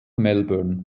melbourne